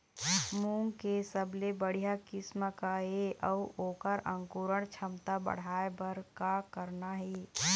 मूंग के सबले बढ़िया किस्म का ये अऊ ओकर अंकुरण क्षमता बढ़ाये बर का करना ये?